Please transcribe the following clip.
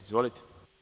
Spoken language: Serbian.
Izvolite.